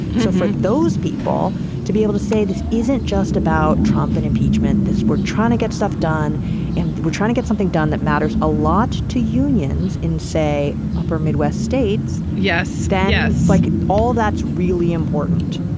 so for those people to be able to say this isn't just about trump and impeachment, this we're trying to get stuff done and we're trying to get something done that matters a lot to unions in, say, upper midwest states yes. that's like all that's really important